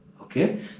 Okay